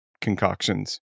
concoctions